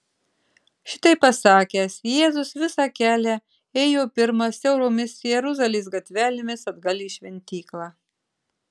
šitaip pasakęs jėzus visą kelią ėjo pirmas siauromis jeruzalės gatvelėmis atgal į šventyklą